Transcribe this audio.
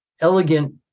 elegant